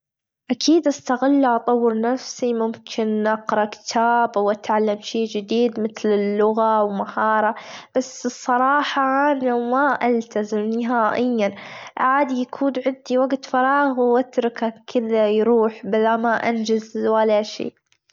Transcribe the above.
أكيد أستغلها أطور نفسي، ممكن أجرا كتاب، أو أتعلم شي جديد متل اللغة أو مهارة بس الصراحة أنا وما ألتزم نهائيًا عادي يكون عندي وجت فراغ وأتركه كذا يروح بلا ما أنجز ولا شي.